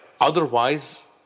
Otherwise